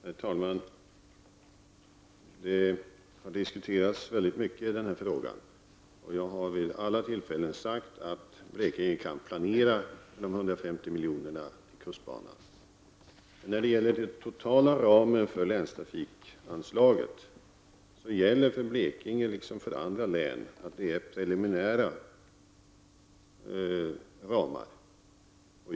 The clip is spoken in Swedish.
Herr talman! Det har varit många diskussioner i den här frågan. Jag har vid alla tillfällen sagt att man i Blekinge kan planera med ett anslag på 150 milj.kr. till kustbanan. I fråga om den totala ramen för länstrafikanslaget gäller för Blekinge, liksom för andra län, att ramen är preliminär.